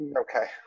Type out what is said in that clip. Okay